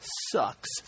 Sucks